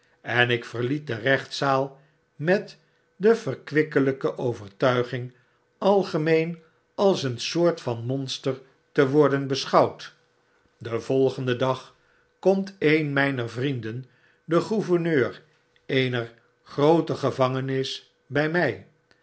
en ik verliet de gerechtszaal met de verkwikkelijke overtuiging algemeen als eensoort van monster te worden beschouwd den volgenden dag komt een mijner vrienden de gouverneur eener groote gevangenis bij mij